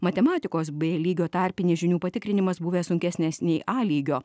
matematikos b lygio tarpinį žinių patikrinimas buvęs sunkesnės nei a lygio